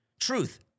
truth